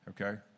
okay